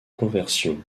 conversion